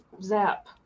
Zap